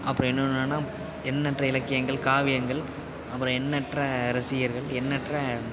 அப்புறம் இன்னொன்று என்னென்னா எண்ணற்ற இலக்கியங்கள் காவியங்கள் அப்புறம் எண்ணற்ற ரசிகர்கள் எண்ணற்ற